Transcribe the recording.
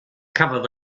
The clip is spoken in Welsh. cafodd